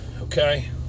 okay